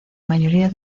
mayoría